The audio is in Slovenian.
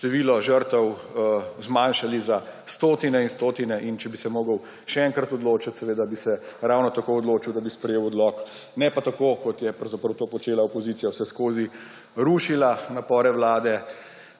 število žrtev zmanjšali za stotine in stotine. In če bi se moral še enkrat odločiti, bi se seveda ravno tako odločil, da bi sprejel odlok, ne pa tako, kot je pravzaprav to počela opozicija − vseskozi rušila napore vlade,